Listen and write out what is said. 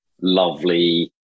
lovely